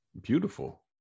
beautiful